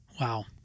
Wow